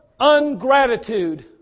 ungratitude